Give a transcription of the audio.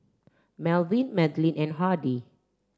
Melvyn Madeline and Hardie